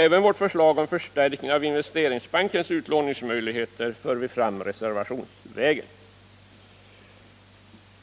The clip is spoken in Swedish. Även vårt förslag om förstärkning av investeringsbankens utlåningsmöjligheter för vi fram reservationsvägen.